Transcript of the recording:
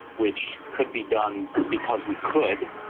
which could be done because we could,